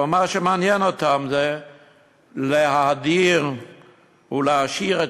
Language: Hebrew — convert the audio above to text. אבל מה שמעניין אותם זה להאדיר ולהעשיר את